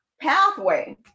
pathway